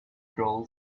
girl